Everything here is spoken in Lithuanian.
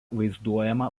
vaizduojama